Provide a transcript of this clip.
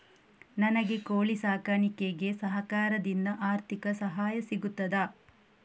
ನನಗೆ ಕೋಳಿ ಸಾಕಾಣಿಕೆಗೆ ಸರಕಾರದಿಂದ ಆರ್ಥಿಕ ಸಹಾಯ ಸಿಗುತ್ತದಾ?